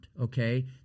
okay